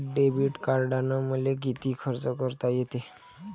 Debit कार्डानं मले किती खर्च करता येते?